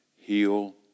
heal